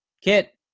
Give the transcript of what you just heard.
Kit